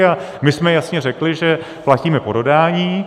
A my jsme jasně řekli, že platíme po dodání.